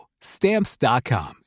Stamps.com